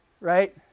right